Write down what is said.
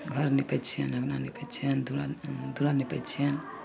घर निपै छिअनि अँगना निपै छिअनि दुअरा दुअरा निपै छिअनि